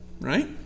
Right